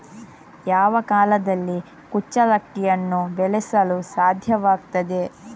ಯಾವ ಕಾಲದಲ್ಲಿ ಕುಚ್ಚಲಕ್ಕಿಯನ್ನು ಬೆಳೆಸಲು ಸಾಧ್ಯವಾಗ್ತದೆ?